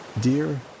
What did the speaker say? Dear